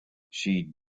she